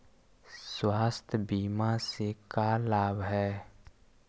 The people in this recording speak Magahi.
स्वास्थ्य बीमा से का लाभ है?